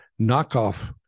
knockoff